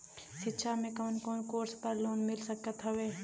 शिक्षा मे कवन कवन कोर्स पर लोन मिल सकत हउवे?